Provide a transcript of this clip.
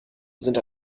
sind